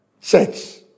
Church